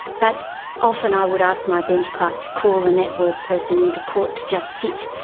but often i would ask my bench clerk to call a network person into court to just sit,